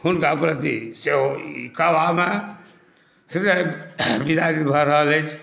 हुनका प्रति सेहो कहलामे हृदय विदारित भऽ रहल अछि